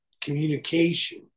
communication